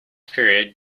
period